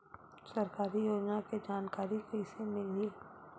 सरकारी योजना के जानकारी कइसे मिलही?